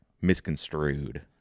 misconstrued